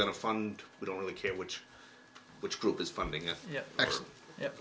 going to fund we don't really care which which group is funding it yet ye